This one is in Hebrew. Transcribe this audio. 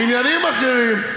בעניינים אחרים?